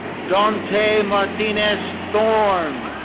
dante martinez thorn.